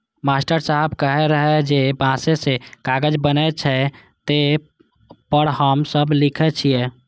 master साहेब कहै रहै जे बांसे सं कागज बनै छै, जे पर हम सब लिखै छियै